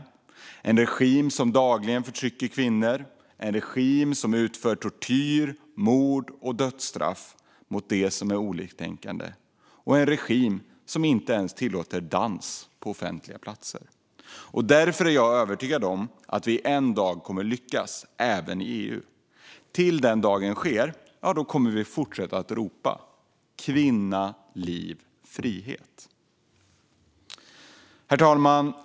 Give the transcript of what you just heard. Det är en regim som dagligen förtrycker kvinnor och en regim som utför tortyr, mord och dödsstraff mot dem som är oliktänkande. Det är en regim som inte ens tillåter dans på offentliga platser. Därför är jag övertygad om att vi en dag kommer att lyckas, även i EU. Tills den dagen är här kommer vi att fortsätta att ropa: Kvinna, liv, frihet! Herr talman!